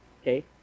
Okay